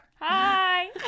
Hi